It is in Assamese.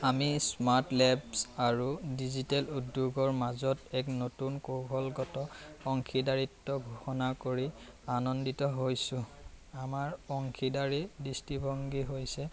আমি স্মাৰ্ট লেবছ্ আৰু ডিজিটেল উদ্যোগৰ মাজত এক নতুন কৌশলগত অংশীদাৰিত্ব ঘোষণা কৰি আনন্দিত হৈছোঁ আমাৰ অংশীদাৰী দৃষ্টিভংগী হৈছে